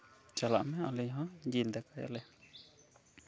ᱪᱟᱞᱟᱜ ᱢᱮ ᱟᱞᱮᱦᱚᱸ ᱡᱤᱞ ᱫᱟᱠᱟᱭᱟᱞᱮ